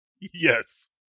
Yes